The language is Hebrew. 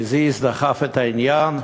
הזיז, דחף את העניין,